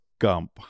Gump